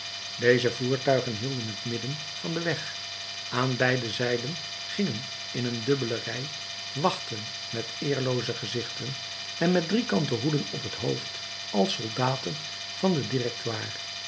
deze voertuigen hielden het midden van den weg aan beide zijden gingen in een dubbele rij wachten met eerlooze gezichten en met driekante hoeden op t hoofd als de soldaten van het